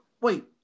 wait